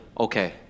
okay